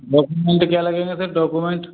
document में क्या लगेगा सर डॉक्यूमेंट